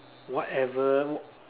whatever